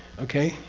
okay?